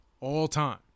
all-time